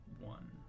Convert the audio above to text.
One